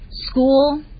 school